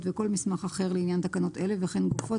וכל מסמך אחר לעניין תקנות אלה וכן גופו,